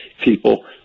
people